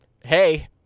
hey